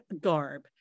garb